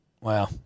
Wow